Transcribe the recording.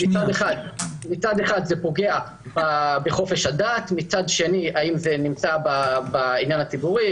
מצד אחד זה פוגע בחופש הדת ומצד שני זה יכול לפגוע בשוויון המגדרי.